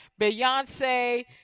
Beyonce